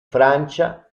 francia